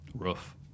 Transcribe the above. Rough